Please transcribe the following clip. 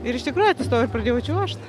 ir iš tikrųjų to ir pradėjau čiuožt